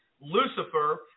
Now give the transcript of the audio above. Lucifer